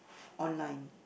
online